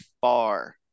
far